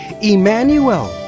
Emmanuel